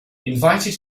invited